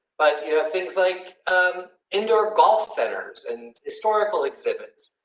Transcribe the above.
but you have things like um indoor golf centers and historical exhibits.